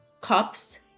cups